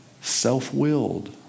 Self-willed